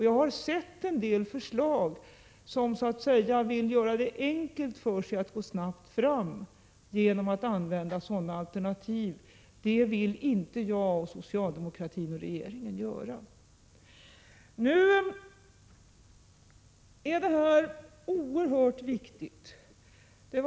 Jag har sett en del förslag, där man vill göra det enkelt för sig och gå snabbt fram genom att använda sådana alternativ. Det vill inte jag, regeringen och socialdemokratin göra. Detta är oerhört viktigt.